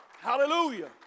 Hallelujah